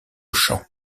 chant